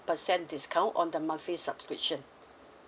percent discount on the monthly subscription